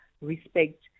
respect